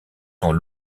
sont